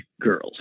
girls